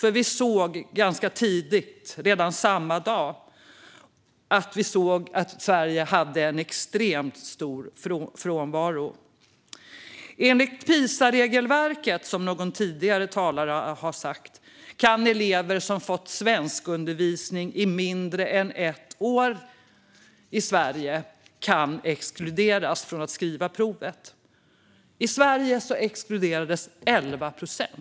Vi såg nämligen ganska tidigt, redan samma dag, att Sverige hade extremt stor frånvaro. Enligt PISA-regelverket, som någon tidigare talare har nämnt, kan elever som under mindre än ett år har fått svenskundervisning i Sverige exkluderas från att skriva provet. I Sverige exkluderades 11 procent.